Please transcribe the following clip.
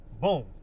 boom